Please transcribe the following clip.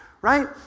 Right